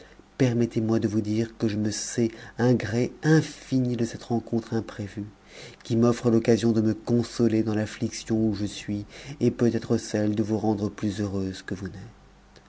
permettez-moi de vous dire que je me sais un gré infini de cette rencontre imprévue qui m'offre l'occasion de me consoler dans l'affliction où je suis et peutêtre celle de vous rendre plus heureuse que vous n'êtes